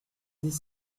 dix